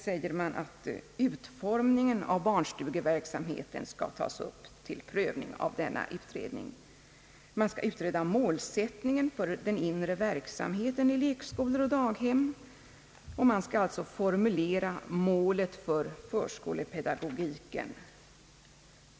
Vidare sägs att utformningen av barnstugeverksamheten skall tas upp till prövning av denna utredning. Man bör utreda målsättningen för den inre verksamheten i lekskolor och daghem, och man skall alltså formulera målet för förskolepedagogiken.